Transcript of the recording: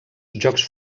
jocs